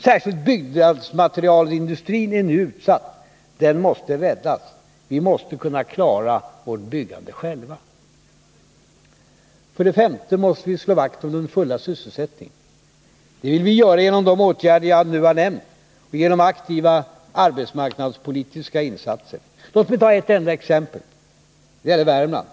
Särskilt byggnadsmaterialindustrin är nu utsatt. Den måste räddas. Vi måste kunna klara vårt byggande själva. För det femte måste vi slå vakt om den fulla sysselsättningen. Det vill vi göra genom de åtgärder jag här har nämnt och genom aktiva arbetsmarknadspolitiska insatser. Låt mig ta ett exempel. Det gäller Värmland.